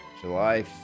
July